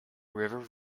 river